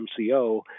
MCO